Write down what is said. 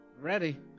Ready